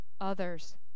others